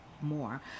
more